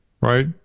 right